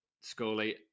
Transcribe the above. Scully